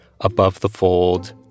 above-the-fold